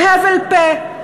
בהבל פה.